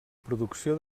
producció